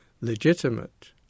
legitimate